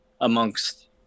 amongst